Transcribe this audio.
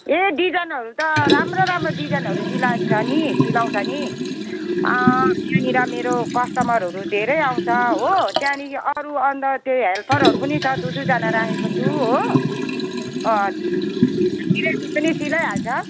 ए डिजाइनहरू त राम्रो राम्रो डिजाइनहरू सिलाइन्छ नि सिलाउँछ नि यहाँनिर मेरो कस्टमरहरू धेरै आउँछ हो त्यहाँदेखि अरू अन्त त्यो हेल्फरहरू पनि छ दुई दुईजना राखेको छु हो तिनीहरूले पनि सिलाइहाल्छ